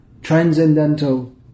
transcendental